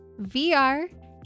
VR